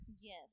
Yes